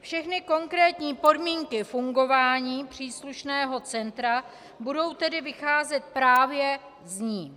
Všechny konkrétní podmínky fungování příslušného centra budou tedy vycházet právě z ní.